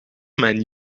mijn